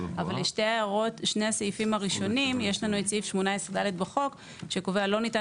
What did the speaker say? אבל לשני הסעיפים הראשונים יש לנו את סעיף 18ד בחוק שקובע: לא ניתן